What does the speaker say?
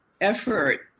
effort